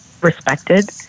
respected